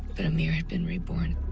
but amir had been reborn.